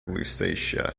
lusatia